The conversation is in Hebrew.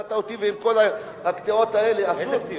קטעת אותי, וכל הקטיעות האלה, איזה קטיעות?